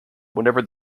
whenever